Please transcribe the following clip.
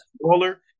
smaller